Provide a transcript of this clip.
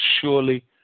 surely